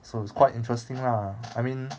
so it's quite interesting lah I mean